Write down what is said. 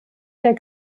der